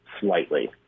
slightly